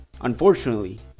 Unfortunately